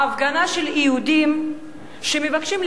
היו יהודים וערבים.